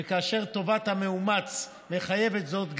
וכאשר טובת המאומץ מחייבת זאת,